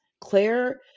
Claire